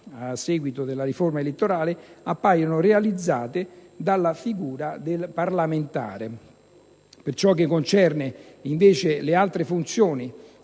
a seguito della riforma elettorale, appaiono realizzate dalla figura del parlamentare. Per ciò che concerne invece le altre funzioni